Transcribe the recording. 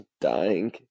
Dying